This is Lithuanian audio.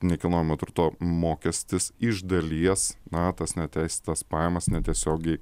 nekilnojamojo turto mokestis iš dalies na tas neteisėtas pajamas netiesiogiai